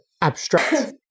abstract